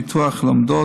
פיתוח לומדות,